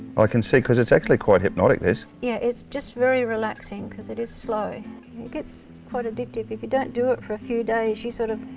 i can see cause it's actually quite hypnotic this. yeah, it's just very relaxing because it is slow. it gets quite addictive if you don't do it for a few days you're sort of,